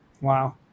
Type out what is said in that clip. Wow